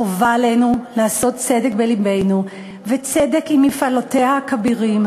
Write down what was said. חובה עלינו לעשות צדק בלבנו וצדק עם מפעלותיה הכבירים,